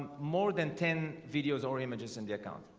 more than ten videos or images in the account.